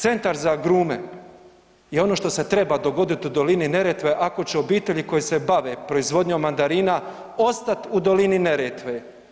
Centar za agrume je ono što se treba dogodit u dolini Neretve ako će obitelji koje se bave proizvodnjom mandarina ostat u dolini Neretve.